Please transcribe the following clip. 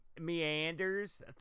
meanders